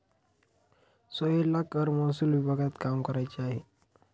सोहेलला कर महसूल विभागात काम करायचे आहे